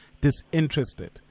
disinterested